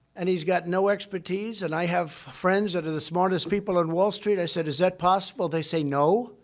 and he's got no expertise. expertise. and i have friends that are the smartest people on wall street. i said, is that possible? they say, no,